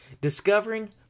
Discovering